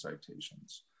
citations